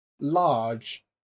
large